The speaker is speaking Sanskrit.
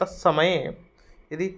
तत् समये यदि